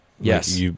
Yes